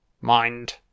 Mind